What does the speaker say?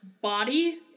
body